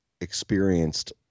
experienced